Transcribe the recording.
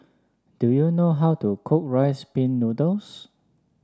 do you know how to cook Rice Pin Noodles